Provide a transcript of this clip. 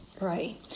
Right